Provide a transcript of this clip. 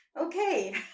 Okay